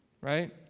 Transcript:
right